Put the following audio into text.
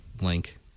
link